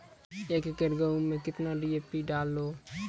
एक एकरऽ गेहूँ मैं कितना डी.ए.पी डालो?